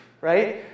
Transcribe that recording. right